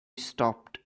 stopped